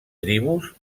tribus